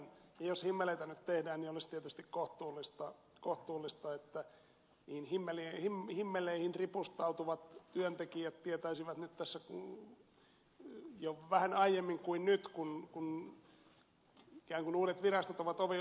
ja jos himmeleitä nyt tehdään niin olisi tietysti kohtuullista että niihin himmeleihin ripustautuvat työntekijät tietäisivät mistä on kyse jo vähän aiemmin kuin nyt kun ikään kuin uudet virastot ovat ovella